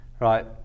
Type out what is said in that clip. Right